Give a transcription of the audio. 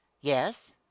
yes